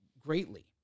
greatly